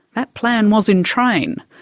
that plan was in train,